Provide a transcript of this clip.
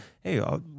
hey